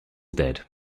dead